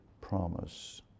promise